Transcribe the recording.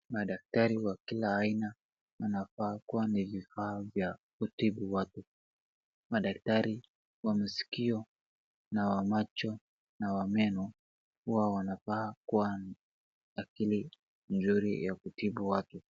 Madaktari wa kila aina wanafaa kuwa na vifaa vya kutibu watu. Madaktari wa maskio, na wa macho na wa meno, huwa wanafaa kuwa na akili nzuri ya kutibu watu.